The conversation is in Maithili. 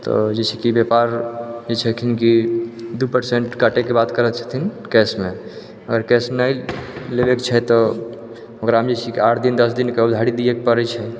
तऽ जे छै कि व्यापारी जे छथिन कि दू परसेन्ट काटैके बात करै छथिन कैशमे अगर कैश नहि लेबैके छै तऽ ओकरामे जे छै कि आठ दिन दस दिनके उधारी दिए छै